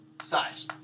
size